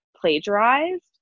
plagiarized